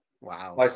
Wow